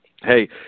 hey